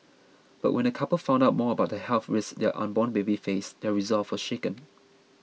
but when the couple found out more about the health risks their unborn baby faced their resolve was shaken